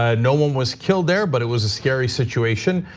ah no one was killed there, but it was a scary situation.